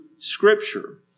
scripture